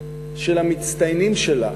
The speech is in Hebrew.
של המצטיינים שלה